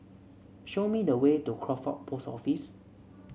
show me the way to Crawford Post Office